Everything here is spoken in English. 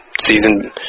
Season